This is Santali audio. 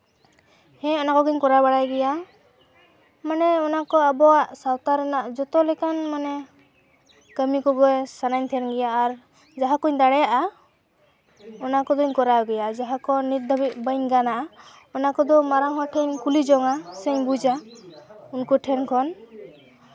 ᱦᱮᱸ ᱚᱱᱟ ᱠᱚᱜᱮᱧ ᱠᱚᱨᱟᱣ ᱵᱟᱲᱟᱭ ᱜᱮᱭᱟ ᱢᱟᱱᱮ ᱚᱱᱟᱠᱚ ᱟᱵᱚᱣᱟᱜ ᱥᱟᱶᱛᱟ ᱨᱮᱱᱜ ᱡᱚᱛᱚ ᱞᱮᱠᱟᱱ ᱢᱟᱱᱮ ᱠᱟᱹᱢᱤ ᱠᱚᱜᱮ ᱥᱟᱱᱟᱧ ᱛᱟᱦᱮᱱ ᱜᱮᱭᱟ ᱟᱨ ᱡᱟᱦᱟᱸ ᱠᱚᱧ ᱫᱟᱲᱮᱭᱟᱜᱼᱟ ᱚᱱᱟ ᱠᱚᱫᱚᱧ ᱠᱚᱨᱟᱣ ᱜᱮᱭᱟ ᱡᱟᱦᱟᱸ ᱠᱚ ᱱᱤᱛ ᱫᱷᱟᱹᱵᱤᱡ ᱵᱟᱹᱧ ᱜᱟᱱᱟ ᱚᱱᱟ ᱠᱚᱫᱚ ᱢᱟᱨᱟᱝ ᱦᱚᱲ ᱴᱷᱮᱱᱤᱧ ᱠᱩᱞᱤ ᱡᱚᱝᱟ ᱥᱮᱧ ᱵᱩᱡᱟ ᱩᱱᱠᱩ ᱴᱷᱮᱱ ᱠᱷᱚᱱ